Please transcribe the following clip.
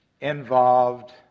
involved